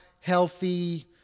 healthy